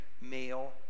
male